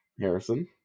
Harrison